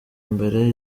mbere